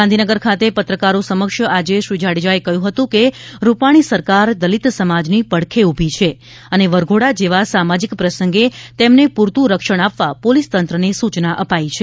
ગાંધીનગર ખાતે પત્રકારો સમક્ષ આજે શ્રી જાડેજાએ કહ્યું હતું કે રૂપાણી સરકાર દલિત સમાજની પડખે ઊભી છે અને વરઘોડા જેવા સામાજિક પ્રસંગે તેમને પૂરતું રક્ષણ આપવા પોલીસ તંત્રને સૂચના અપાઈ છે